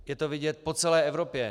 Je to vidět po celé Evropě.